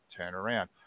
turnaround